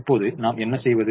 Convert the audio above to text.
இப்போது நாம் என்ன செய்வது